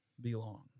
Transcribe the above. Belong